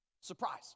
Surprise